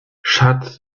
schatz